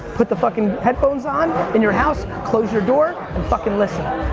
put the fucking headphones on in your house, close your door and fucking listen